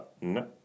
No